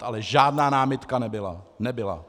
Ale žádná námitka nebyla. Nebyla.